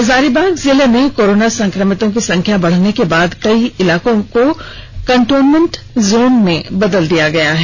हजारीबाग जिले में कोरोना संक्रमितों की संख्या बढ़ने के बाद कई इलाकों को कंटेनमेंट जोन में बदल दिया गया है